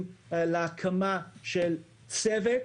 להקמה של צוות